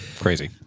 crazy